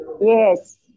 Yes